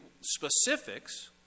specifics